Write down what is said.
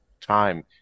time